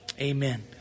amen